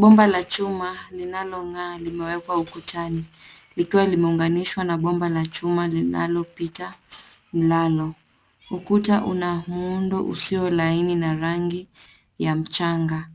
Bomba la chuma linalong'aa limewekwa ukutani likiwa limeunganishwa na bomba la chuma linalopita nalo. Ukuta una muundo usio laini na rangi ya mchanga.